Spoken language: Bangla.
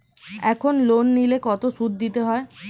এখন লোন নিলে কত সুদ দিতে হয়?